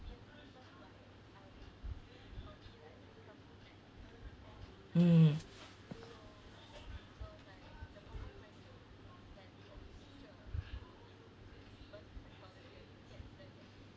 mm